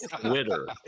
twitter